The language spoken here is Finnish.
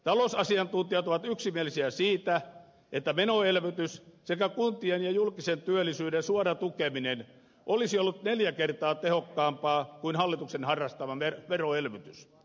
talousasiantuntijat ovat yksimielisiä siitä että menoelvytys sekä kuntien ja julkisen työllisyyden suora tukeminen olisi ollut neljä kertaa tehokkaampaa kuin hallituksen harrastama veroelvytys